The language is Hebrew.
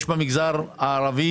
יש במגזר הערבי